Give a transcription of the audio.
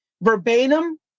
verbatim